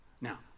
Now